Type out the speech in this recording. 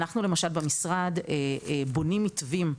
אנחנו למשל במשרד בונים מתווים,